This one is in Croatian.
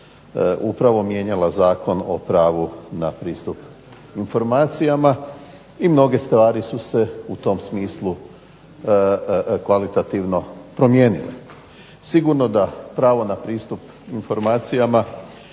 upravo mijenjala Zakon o pravu na pristup informacijama i mnoge stvari su se u tom smislu kvalitativno promijenile. Sigurno da pravo na pristup informacijama